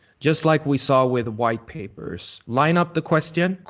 just like we saw with white papers. lineup the question,